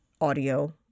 audio